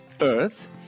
Earth